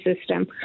system